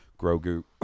Grogu